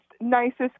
nicest